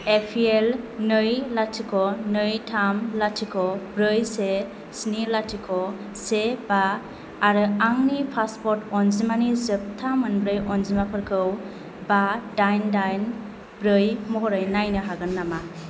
ए P L नै लाथिख' नै थाम लाथिख' ब्रै से स्नि लाथिख' से बा आरो आंनि पासपर्ट अनजिमानि जोबथा मोनब्रै अनजिमाफोरखौ बा दाइन दाइन ब्रै महरै नायनो हागोन नामा